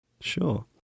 sure